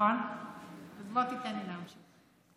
אז בוא תיתן לי להמשיך.